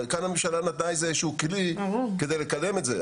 כאן הממשלה נתנה איזשהו כלי כדי לקדם את זה,